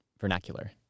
vernacular